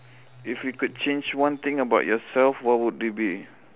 if you could change one thing about yourself what would they be